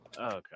okay